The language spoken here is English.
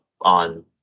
on